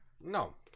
no